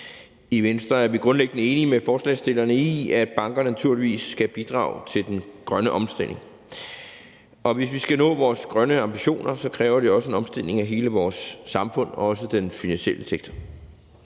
I Venstre er vi grundlæggende enige med forslagsstillerne i, at bankerne naturligvis skal bidrage til den grønne omstilling. Hvis vi skal nå vore grønne ambitioner, kræver det en omstilling af hele vores samfund, også den finansielle sektor.